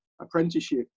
apprenticeship